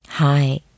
Hi